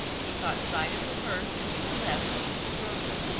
he caught sight of the purse that you had left with mrs. rosa,